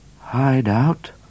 Hideout